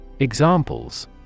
Examples